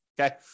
Okay